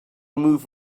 move